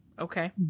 Okay